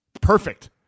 perfect